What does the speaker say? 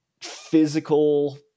physical